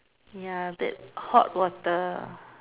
ya that hot water